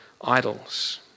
idols